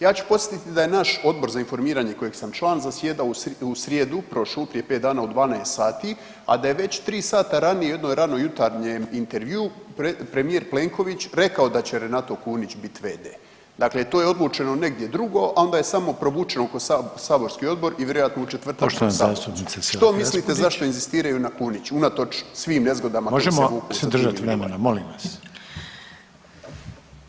Ja ću podsjetiti da je naš Odbor za informiranje kojeg sam član, zasjedao u srijedu prošlu prije 5 dana u 12 sati, a da je već 3 sata ranije u jednoj ranojutarnjem intervjuu premijer Plenković rekao da će Renato Kunić bit v.d. Dakle to je odlučeno negdje drugo, a onda je samo provučeno kroz saborski Odbor i vjerojatno ... [[Govornik se ne čuje.]] [[Upadica: Poštovana zastupnica Selak Raspudić.]] Što mislite zašto inzistiraju na Kuniću unatoč svim nezgodama koje se vuku